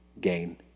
gain